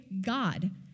God